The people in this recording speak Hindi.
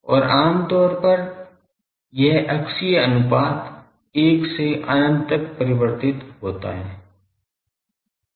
और आम तौर पर यह अक्षीय अनुपात 1 से अनंत तक परिवर्तित होता है